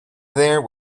there